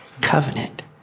covenant